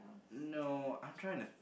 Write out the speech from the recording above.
no I'm trying to